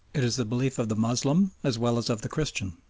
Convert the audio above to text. it is the belief of the moslem as well as of the christian.